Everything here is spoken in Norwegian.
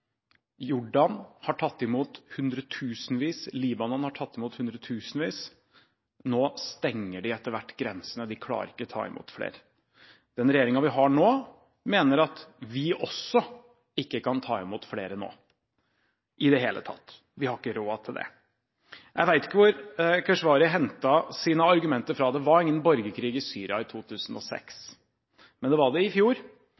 Jordan har tatt imot hundretusenvis, og Libanon har tatt imot hundretusenvis. Nå stenger de etter hvert grensene, for de klarer ikke å ta imot flere. Denne regjeringen mener at heller ikke vi kan ta imot flere nå. Vi har ikke råd til det. Jeg vet ikke hvor Keshvari henter sine argumenter fra. Det var ingen borgerkrig i Syria i 2006, men det var det i fjor,